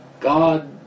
God